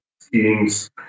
schemes